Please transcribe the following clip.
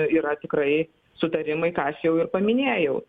yra tikrai sutarimai ką aš jau ir paminėjau